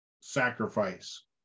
sacrifice